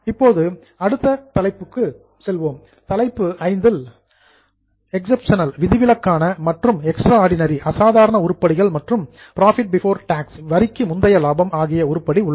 இப்போது அடுத்த ஹெட்டிங் தலைப்பு பார்ப்போம் தலைப்பு V இல் எக்சப்ஷனல் விதிவிலக்கான மற்றும் எக்ஸ்ட்ராடினரி அசாதாரண உருப்படிகள் மற்றும் புரோஃபிட் பிபோர் டாக்ஸ் வரிக்கு முந்தைய லாபம் ஆகிய உருப்படி உள்ளது